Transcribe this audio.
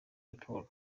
raporo